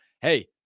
Hey